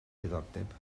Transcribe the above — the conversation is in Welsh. diddordeb